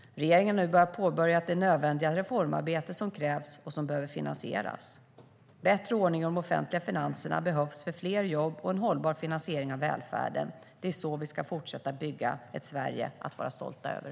Regeringen har nu påbörjat det nödvändiga reformarbete som krävs och som behöver finansieras. Bättre ordning i de offentliga finanserna behövs för fler jobb och en hållbar finansiering av välfärden. Det är så vi kan fortsätta bygga ett Sverige att vara stolta över.